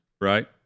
right